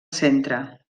centre